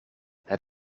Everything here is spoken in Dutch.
het